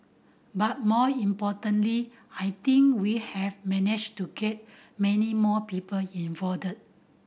but more importantly I think we have managed to get many more people involved